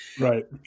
right